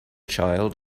child